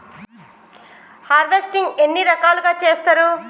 Harvesting ఎన్ని రకాలుగా చేస్తరు?